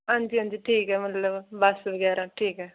हांजी हांजी ठीक ऐ मतलब बस बगैरा ठीक ऐ